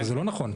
וזה לא נכון.